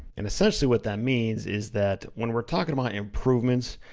and essentially what that means is that when we're talking about improvements,